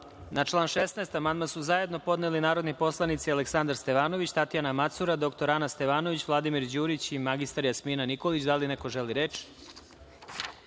član 16. amandman su zajedno podneli narodni poslanici Aleksandar Stevanović, Tatjana Macura, dr Ana Stevanović, Vladimir Đurić i mr Jasmina Nikolić. Da li neko želi reč?